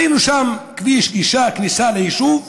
ראינו שם כביש גישה, כניסה ליישוב,